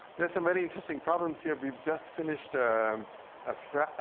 there's some very interesting problems here. we've just finished a